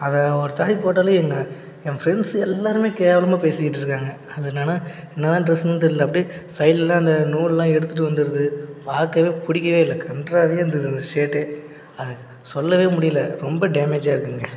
அதை ஒரு தாட்டி போட்டாலே இவங்க என் ஃப்ரெண்ட்ஸ் எல்லாேருமே கேவலமாக பேசிக்கிட்டு இருக்காங்க அது என்னென்னா என்னதான் ட்ரெஸுன்னே தெரியல அப்படியே சைடுலெல்லாம் அந்த நூல்லெல்லாம் எடுத்துகிட்டு வந்துடுது பார்க்கவே பிடிக்கவே இல்லை கன்றாவியாருந்தது அந்த ஷர்ட்டே அதை சொல்லவே முடியலை ரொம்ப டேமேஜாக இருக்குதுங்க